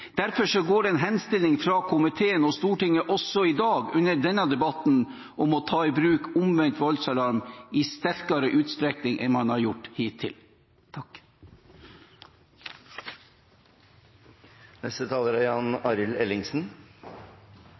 en henstilling fra komiteen og Stortinget også i dag under denne debatten om å ta i bruk omvendt voldsalarm i sterkere utstrekning enn man har gjort hittil.